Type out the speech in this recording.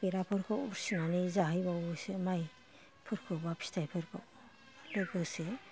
बेराफोरखौ उरसिनानै जाहैबावोसो माइफोरखौबा फिथाइफोरखौ लोगोसे